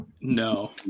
no